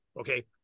Okay